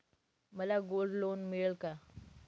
मला gold loan मिळेल का?